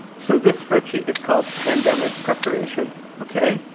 so this spreadsheet is called pandemic preparation ok,